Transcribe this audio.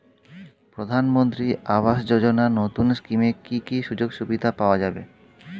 প্রধানমন্ত্রী আবাস যোজনা নতুন স্কিমে কি কি সুযোগ সুবিধা পাওয়া যাবে?